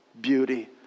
beauty